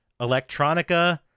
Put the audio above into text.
electronica